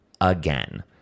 again